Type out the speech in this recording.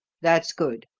that's good.